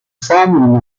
formerly